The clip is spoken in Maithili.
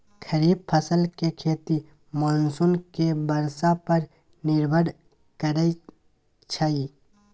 खरीफ फसल के खेती मानसून के बरसा पर निर्भर करइ छइ